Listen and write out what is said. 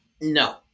No